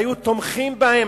והיו תומכים בהן.